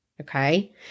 Okay